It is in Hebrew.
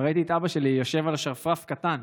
וראיתי את אבא שלי יושב על שרפרף קטן.